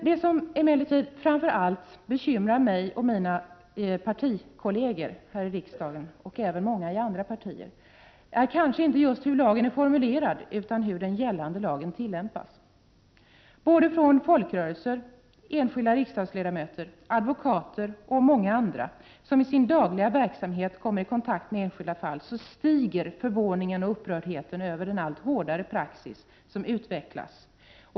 Det som framför allt bekymrar mig och mina partikolleger här i riksdagen, och även många ledamöter inom andra partier, är inte hur lagen är formulerad utan hur den gällande lagen tillämpas. Bland folkrörelser, enskilda riksdagsledamöter, advokater och många andra som i sin dagliga verksamhet kommer i kontakt med enskilda fall stiger förvåningen och upprördheten över den allt hårdare praxis som har utvecklats.